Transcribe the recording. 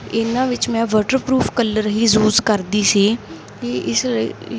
ਇਹਨਾਂ ਵਿੱਚ ਮੈਂ ਵਟਰਪਰੂਫ ਕੱਲਰ ਹੀ ਯੂਜ਼ ਕਰਦੀ ਸੀ ਕਿ ਇਸ ਲਈ